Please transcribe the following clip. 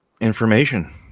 information